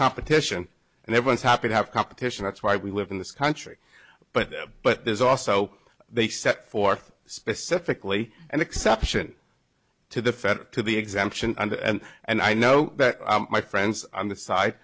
competition and everyone's happy to have competition that's why we live in this country but but there's also they set forth specifically an exception to the fed to the exemption and and i know that my friends on the si